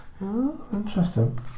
Interesting